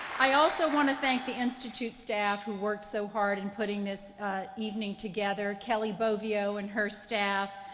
i also want to thank the institute staff who worked so hard in putting this evening together, kelly bovio and her staff,